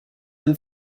them